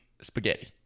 spaghetti